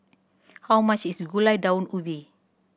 how much is Gulai Daun Ubi